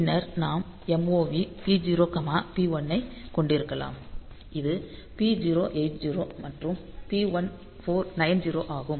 பின்னர் நாம் MOV P0 P1 ஐயும் கொண்டிருக்கலாம் இது P0 80 மற்றும் P1 90 ஆகும்